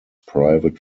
private